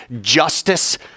justice